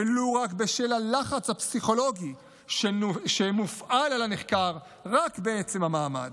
ולו רק בשל הלחץ הפסיכולוגי שמופעל על הנחקר רק בעצם המעמד.